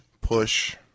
push